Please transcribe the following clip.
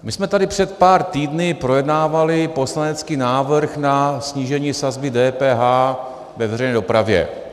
My jsme tady před pár týdny projednávali poslanecký návrh na snížení sazby DPH ve veřejné dopravě.